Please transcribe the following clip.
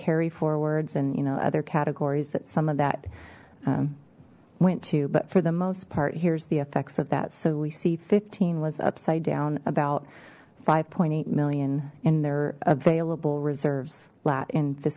carry forwards and you know other categories that some of that went to but for the most part here's the effects of that so we see fifteen was upside down about five eight million and their available reserves